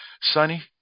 Sonny